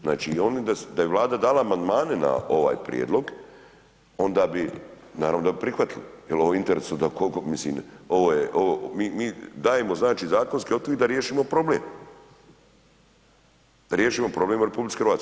Znači da je Vlada dana amandmane na ovaj prijedlog onda bi naravno da bi prihvatili jer ovo je u interesu da, mislim, ovo je, mi dajemo znači zakonski okvir da riješimo problem, da riješimo problem u RH.